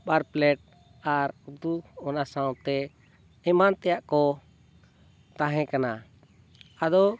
ᱵᱟᱨ plate ᱟᱨ ᱩᱛᱩ ᱚᱱᱟ ᱥᱟᱶᱛᱮ ᱮᱢᱟᱱ ᱛᱮᱭᱟᱜ ᱠᱚ ᱛᱟᱦᱮᱸ ᱠᱟᱱᱟ ᱟᱫᱚ